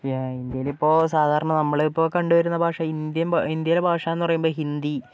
ഇന്ത്യയിൽ ഇപ്പോൾ സാധാരണ നമ്മളിപ്പോൾ കണ്ടു വരുന്ന ഭാഷ ഇന്ത്യൻ ഇന്ത്യയിലെ ഭാഷ എന്ന് പറയുമ്പോൾ ഹിന്ദി